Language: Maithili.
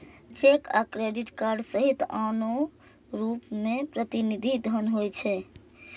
चेक आ क्रेडिट कार्ड सहित आनो रूप मे प्रतिनिधि धन होइ छै